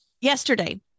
yesterday